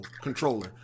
controller